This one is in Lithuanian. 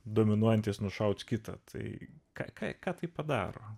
dominuojantys nušauti kitą tai ką ką tai padaro